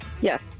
yes